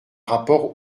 rapport